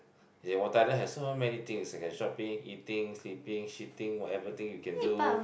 Thailand has so many things you can shopping eating sleeping shitting whatever thing you can do